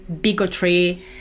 bigotry